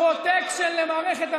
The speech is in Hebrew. באמת?